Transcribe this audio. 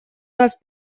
нас